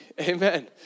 Amen